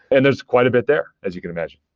and there's quite a bit there as you can imagine.